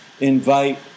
invite